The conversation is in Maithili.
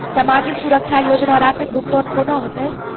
समाजिक सुरक्षा योजना राशिक भुगतान कूना हेतै?